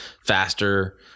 faster